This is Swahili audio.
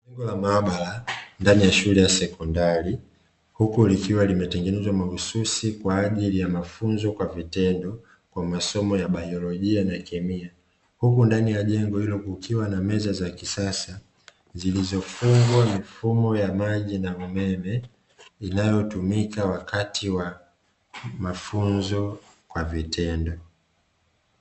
Jengo la maabara ndani ya shule ya sekondari, huku likiwa limetengenezwa mahususi kwa ajili ya mafunzo kwa vitendo kwa masomo ya biolojia na kemia, huku ndani ya jengo hilo kukiwa na meza za kisasa zilizofungwa mifumo ya maji na umeme, inayotumika wakati wa mafunzo kwa vitendo.